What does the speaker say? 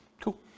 Cool